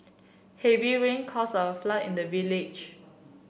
heavy rain cause a flood in the village